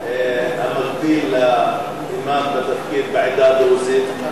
איך מתמנה המקביל לאימאם בתפקיד בעדה הדרוזית?